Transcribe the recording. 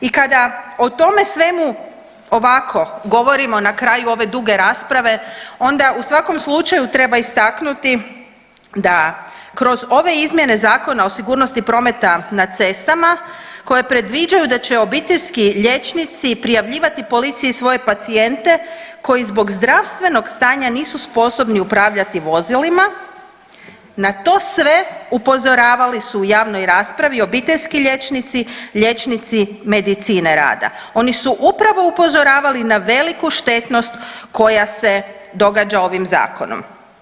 I kada o tome svemu ovako govorimo na kraju ove duge rasprave onda u svakom slučaju treba istaknuti da kroz ove izmjene Zakona o sigurnosti prometa na cestama koje predviđaju da će obiteljski liječnici prijavljivati policiji svoje pacijente koji zbog zdravstvenog stanja nisu sposobni upravljati vozilima na to sve upozoravali su u javnoj raspravi obiteljski liječnici i liječnici medicine rada, oni su upravo upozoravali na veliku štetnost koja se događa ovim zakonom.